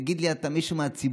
תגיד לי אתה: מישהו מהציבור,